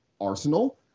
arsenal